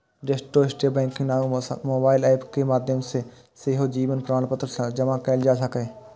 doorstep banking नामक mobile app के माध्यम सं सेहो जीवन प्रमाणपत्र जमा कैल जा सकैए